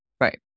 right